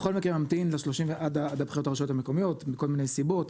בכל מקרה ימתין עד הבחירות לרשויות המקומיות מכל מיני סיבות.